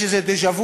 יש איזה דז'ה-וו.